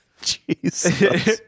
Jesus